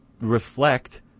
reflect